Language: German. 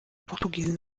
portugiesin